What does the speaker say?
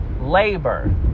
labor